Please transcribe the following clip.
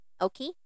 Okay